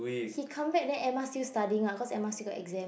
he come back then Emma still studying lah because Emma still got exam